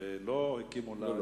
ולא הקימו לה,